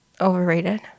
Overrated